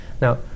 Now